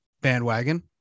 bandwagon